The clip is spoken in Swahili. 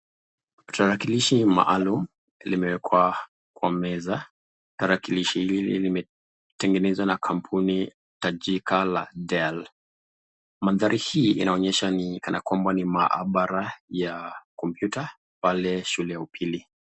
Tarakilishi maalum limewekwa kwa meza tarakilishi hili limetengenezwa na kampuni tajika la Dell. Mandhari hii inaonesha ni kana kwamba ni maabara ya kompyuta pale shule ya upili.